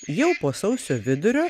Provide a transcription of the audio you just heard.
jau po sausio vidurio